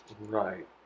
Right